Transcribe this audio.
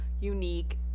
unique